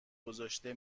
گذاشته